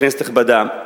כנסת נכבדה,